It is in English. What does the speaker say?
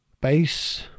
base